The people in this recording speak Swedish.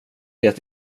det